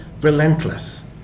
relentless